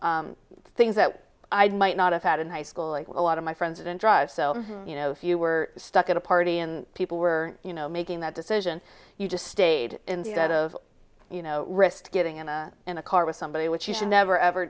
up things that i might not have had in high school a lot of my friends didn't drive so you know if you were stuck at a party and people were you know making that decision you just stayed out of you know risk getting in a in a car with somebody which you should never ever